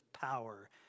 power